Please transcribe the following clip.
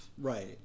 right